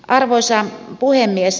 arvoisa puhemies